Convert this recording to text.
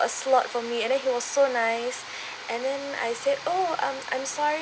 slot for me and then he was so nice and then I said oh um I'm sorry